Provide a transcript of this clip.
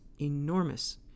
enormous